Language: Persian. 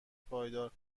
پایدار